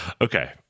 okay